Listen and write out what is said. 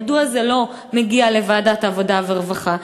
מדוע זה לא מגיע לוועדת העבודה והרווחה,